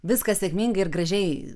viskas sėkmingai ir gražiai